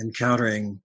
encountering